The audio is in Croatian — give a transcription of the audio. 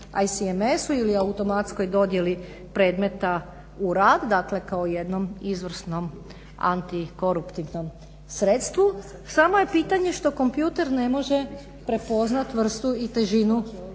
… ili automatskoj dodjeli predmeta u rad dakle kao jednom izvrsnom antikoruptivnom sredstvu, samo je pitanje što kompjuter ne može prepoznat vrstu i težinu